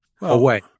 away